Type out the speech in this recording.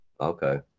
Okay